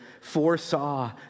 foresaw